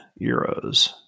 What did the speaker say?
euros